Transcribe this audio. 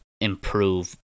improve